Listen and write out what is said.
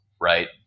right